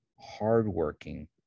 hard-working